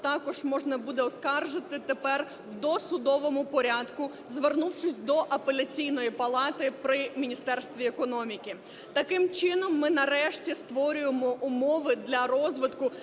також можна буде оскаржити тепер в досудовому порядку, звернувшись до Апеляційної палати при Міністерстві економіки. Таким чином ми нарешті створюємо умови для розвитку